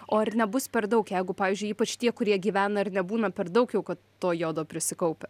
o ar nebus per daug jeigu pavyzdžiui ypač tie kurie gyvena ir nebūna per daug jau kad to jodo prisikaupę